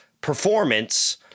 performance